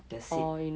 the seat